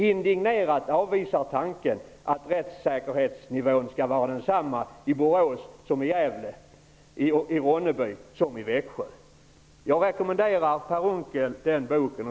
indignerat avvisar tanken att rättssäkerhetsnivån skall vara densamma i Borås som i Gävle, i Ronneby som i Växjö.'' Jag rekommenderar Per Unckel den här boken.